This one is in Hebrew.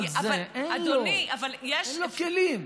אין לו, אין לו כלים.